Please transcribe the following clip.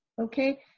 okay